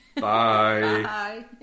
Bye